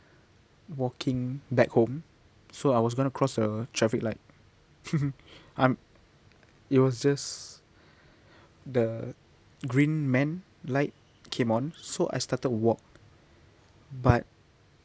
walking back home so I was going to cross a traffic light um it was just the green man light came on so I started walk but